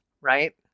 right